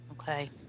Okay